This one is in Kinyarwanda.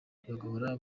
guhora